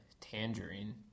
Tangerine